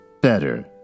better